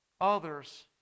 others